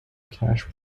cash